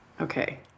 Okay